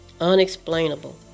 unexplainable